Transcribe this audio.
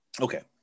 okay